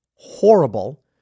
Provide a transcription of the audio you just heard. Horrible